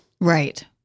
Right